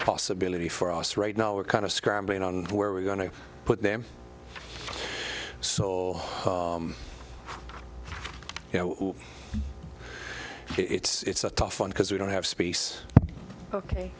possibility for us right now we're kind of scrambling on where we're going to put them so you know it's a tough one because we don't have space ok